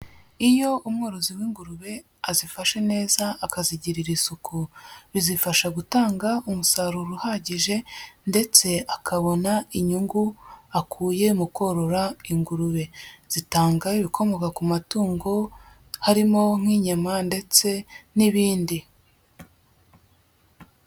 Iyo umworozi w'ingurube azifashe neza akazigirira isuku bizifasha gutanga umusaruro uhagije ndetse akabona inyungu akuye mu korora ingurube, zitanga ibikomoka ku matungo harimo nk'inyama ndetse n'ibindi.